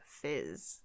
fizz